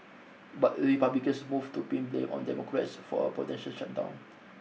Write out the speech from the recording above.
but Republicans moved to pin blame on Democrats for a potential shutdown